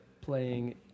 playing